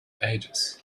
ages